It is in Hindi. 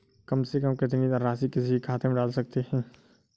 कम से कम कितनी धनराशि किसी के खाते में डाल सकते हैं?